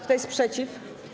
Kto jest przeciw?